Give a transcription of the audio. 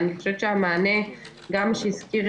אני חושבת שהמענה, גם שהזכיר